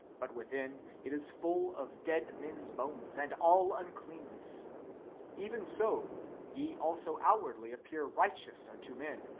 but within it is full of dead men's bones, and all uncleanness even so ye also outwardly appear righteous unto men,